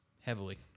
heavily